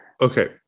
okay